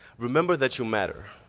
remember that you matter.